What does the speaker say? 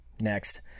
Next